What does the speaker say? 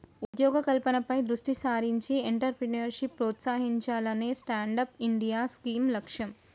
ఉద్యోగ కల్పనపై దృష్టి సారించి ఎంట్రప్రెన్యూర్షిప్ ప్రోత్సహించాలనే స్టాండప్ ఇండియా స్కీమ్ లక్ష్యం